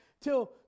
till